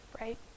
right